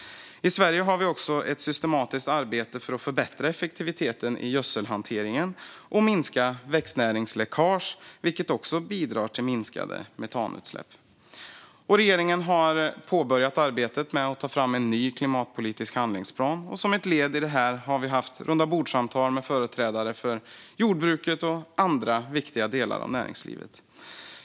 I Sverige har vi också ett systematiskt arbete för att förbättra effektiviteten i gödselhanteringen och minska växtnäringsläckage, vilket bidrar till minskade metanutsläpp. Regeringen har påbörjat arbetet med att ta fram en ny klimatpolitisk handlingsplan. Som ett led i detta har vi haft rundabordssamtal med företrädare för jordbruket och andra viktiga delar av näringslivet.